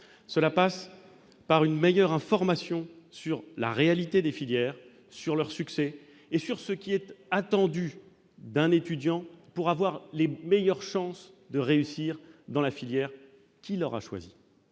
cycle et par une meilleure information sur la réalité des filières, sur leurs succès et sur ce qui est attendu d'un étudiant. Ainsi celui-ci aura-t-il les meilleures chances de réussir dans la filière qu'il aura choisie.